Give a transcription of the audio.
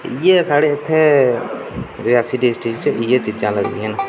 इ'यै साढे इत्थै रियासी डिस्ट्रिक च इ'यै चीजां लगदियां न